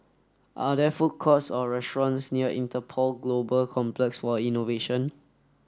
are there food courts or restaurants near Interpol Global Complex for Innovation